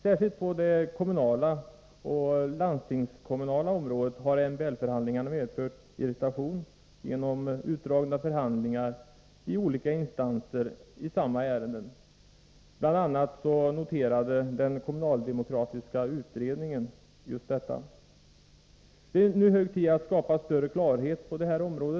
Särskilt på det kommunala och landstingskommunala området har MBL-förhandlingar medfört irritation genom utdragna förhandlingar i olika instanser i samma ärende. Bl. a. noterade den kommunaldemokratiska utredningen just detta. Det är nu hög tid att skapa större klarhet på detta område.